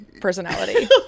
personality